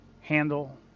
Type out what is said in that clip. handle